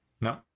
No